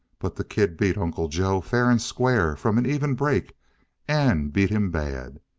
but the kid beat uncle joe fair and square from an even break and beat him bad.